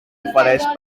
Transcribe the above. ofereix